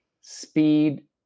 speed